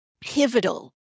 pivotal